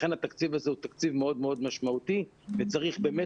לכן התקציב הזה הוא תקציב מאוד מאוד משמעותי וצריך באמת